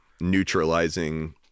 neutralizing